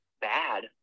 bad